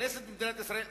הכנסת במדינת ישראל,